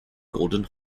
golden